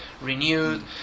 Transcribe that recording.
renewed